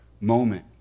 moment